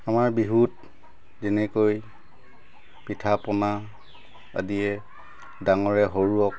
আমাৰ বিহুত যেনেকৈ পিঠা পনা আদিয়ে ডাঙৰে সৰুক